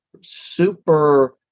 super